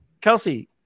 Kelsey